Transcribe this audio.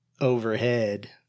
overhead